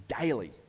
daily